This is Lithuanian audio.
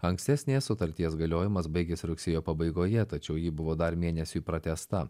ankstesnės sutarties galiojimas baigėsi rugsėjo pabaigoje tačiau ji buvo dar mėnesiui pratęsta